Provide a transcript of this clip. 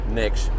niks